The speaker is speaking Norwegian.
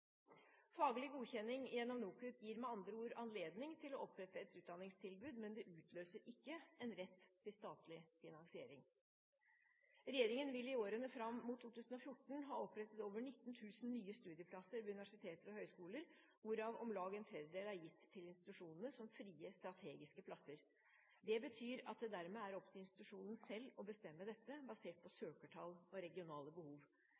Faglig godkjenning gjennom NOKUT gir med andre ord anledning til å opprette et utdanningstilbud, men det utløser ikke en rett til statlig finansiering. Regjeringen vil i årene fram mot 2014 ha opprettet over 19 000 nye studieplasser ved universiteter og høyskoler, hvorav om lag en tredjedel er gitt til institusjonene som frie, strategiske plasser. Det betyr at det dermed er opp til institusjonen selv å bestemme dette, basert på søkertall og regionale behov.